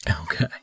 Okay